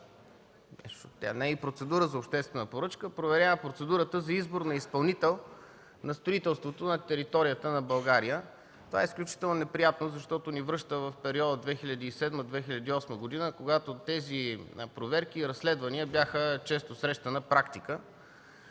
тя не е и процедура за обществена поръчка, проверява процедурата за избор на изпълнител на строителството на територията на България. Това е изключително неприятно, защото ни връща в периода 2007-2008 г., когато тези проверки и разследвания бяха често срещана практика.